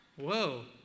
Whoa